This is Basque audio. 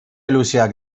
luzeak